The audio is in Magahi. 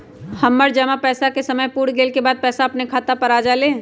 हमर जमा पैसा के समय पुर गेल के बाद पैसा अपने खाता पर आ जाले?